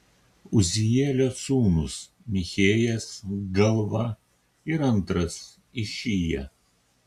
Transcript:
uzielio sūnūs michėjas galva ir antras išija